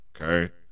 Okay